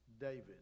David